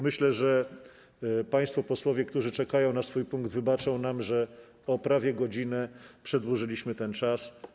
Myślę, że państwo posłowie, którzy czekają na rozpatrzenie swojego punktu, wybaczą nam, że o prawie godzinę przedłużyliśmy ten czas.